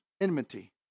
Enmity